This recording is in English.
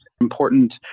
important